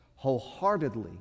wholeheartedly